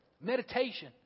meditation